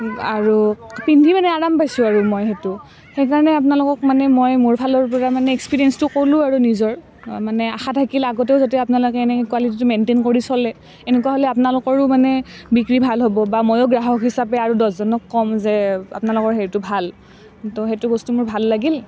আৰু পিন্ধি মানে আৰাম পাইছোঁ মই সেইটো সেইকাৰণে আপোনালোকক মানে মই মোৰ ফালৰ পৰা মানে এক্সপিৰিয়েঞ্চটো ক'লোঁ আৰু নিজৰ মানে আশা থাকিল আগতেও যাতে আপোনালোকে এনেকৈ কোৱালিটিটো মেইনটেইন কৰি চলে এনেকুৱা হ'লে আপোনালোকৰো মানে বিক্ৰী ভাল হ'ব বা ময়ো গ্ৰাহক হিচাপে আৰু দহজনক ক'ম যে আপোনালোকৰ হেৰিটো ভাল তো সেইটো বস্তু মোৰ ভাল লাগিল